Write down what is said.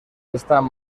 están